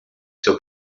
seu